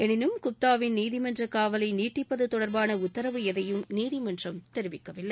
எனினும் குப்தாவின் நீதிமன்ற காவலை நீட்டிப்பது தொடர்பாள உத்தரவு எதையும் நீதிமன்றம் தெரிவிக்கவில்லை